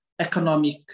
economic